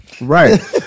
Right